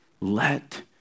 Let